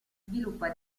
sviluppa